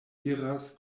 iras